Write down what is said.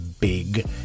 big